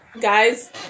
Guys